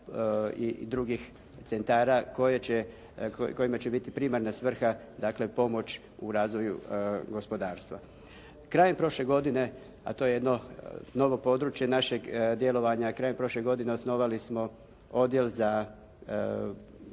i drugih centara kojima će biti primarna svrha dakle pomoć u razvoju gospodarstva. Krajem prošle godine, a to je jedno novo područje našeg djelovanja, krajem prošle godine osnovali smo odjel za